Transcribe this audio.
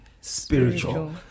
spiritual